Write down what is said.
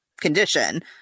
condition